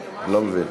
אני לא מבין.